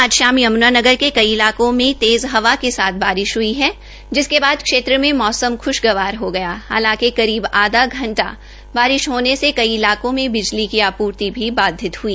हरियाणा में आज शाम यमुनानगर के कई इलाकों में तेज़ हवा के साथ बारिश ह्ई है जिसके बाद क्षेत्र में मौसम ख्शगवार हो गया हालांकि करीब आधा घंटा बारिश होने से कई इलाकों में बिजली की आपूर्ति भी बाधित हुई